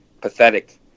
pathetic